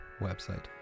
website